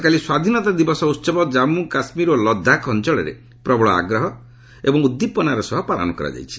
ଗତକାଲି ସ୍ୱାଧୀନତା ଦିବସ ଉହବ ଜାମ୍ମୁ କାଶ୍ମୀର ଓ ଲଦାଖ ଅଞ୍ଚଳରେ ପ୍ରବଳ ଆଗ୍ରହ ଓ ଉଦ୍ଦିପନାର ସହ ପାଳନ କରାଯାଇଛି